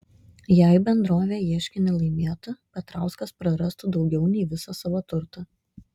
jei bendrovė ieškinį laimėtų petrauskas prarastų daugiau nei visą savo turtą